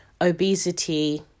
obesity